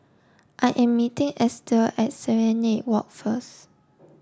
I am meeting Estell at Serenade Walk first